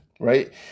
right